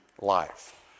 life